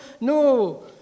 no